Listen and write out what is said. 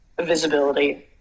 visibility